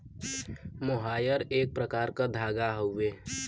मोहायर एक प्रकार क धागा हउवे